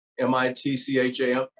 M-I-T-C-H-A-M